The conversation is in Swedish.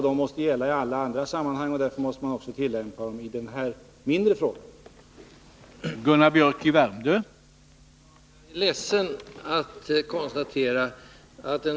De måste gälla i alla andra sammanhang, och därför måste man tillämpa dem också i de fall som rör sig om mindre ersättningsbelopp.